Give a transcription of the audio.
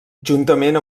juntament